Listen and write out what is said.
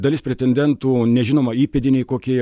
dalis pretendentų nežinoma įpėdiniai kokie